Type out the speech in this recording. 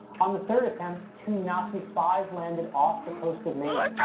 on the third attempt, two nazi spies landed off the coast of maine.